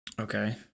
Okay